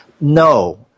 No